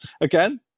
Again